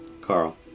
Carl